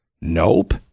Nope